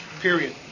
period